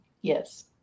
Yes